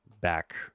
back